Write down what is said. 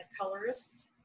colorists